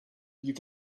you